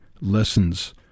lessons